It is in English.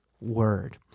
word